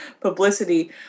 publicity